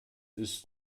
ist